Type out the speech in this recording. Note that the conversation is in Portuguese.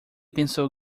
pensou